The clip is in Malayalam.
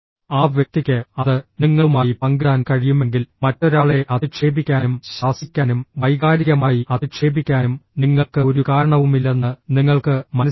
ആ വ്യക്തിക്ക് അത് നിങ്ങളുമായി പങ്കിടാൻ കഴിയുമെങ്കിൽ മറ്റൊരാളെ അധിക്ഷേപിക്കാനും ശാസിക്കാനും വൈകാരികമായി അധിക്ഷേപിക്കാനും നിങ്ങൾക്ക് ഒരു കാരണവുമില്ലെന്ന് നിങ്ങൾക്ക് മനസ്സിലാകും